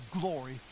glory